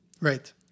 Right